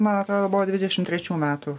man atrodo buvo dvidešim trečių metų